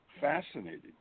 fascinating